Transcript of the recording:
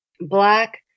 black